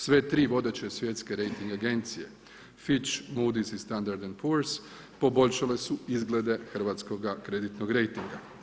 Sve tri vodeće svjetske rejting agencije Fitch, Mudis i Standard i Purs poboljšale su izglede hrvatskoga kreditnoga rejtinga.